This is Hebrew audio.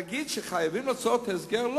להגיד שחייבים לעשות הסגר,